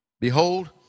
behold